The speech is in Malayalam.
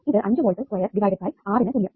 ഇത് 5 volt square divided by R നു തുല്യം